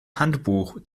handbuch